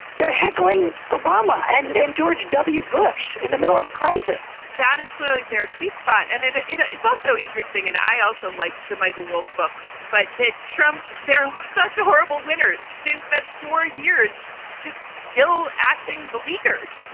they're heckling obama. and and george w. bush in the middle of a crisis that is clearly their sweet spot and and ah it's also interesting and i also like the michael wolff books, but that trump, they're such a horrible winners. they've spent four years just still acting beleagured.